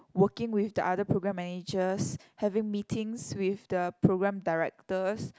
working with the other program managers having meetings with the program directors